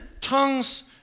tongues